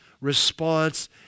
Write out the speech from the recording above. response